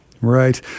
Right